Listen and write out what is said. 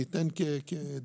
אני אתן דוגמה.